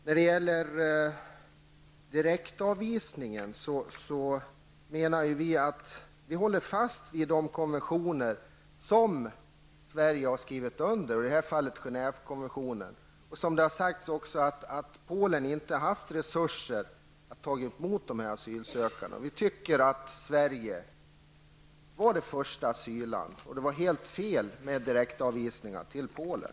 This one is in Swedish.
När det gäller direktavvisning håller vi fast vid de konventioner som Sverige har skrivit under, i detta fall Genèvekonventionen. Det har sagt att Polen inte har haft resurser att ta emot asylsökande. Vi tycker att Sverige var första asylland och att det var helt fel med direktavvisning till Polen.